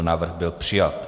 Návrh byl přijat.